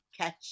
catch